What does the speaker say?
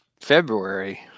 February